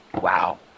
Wow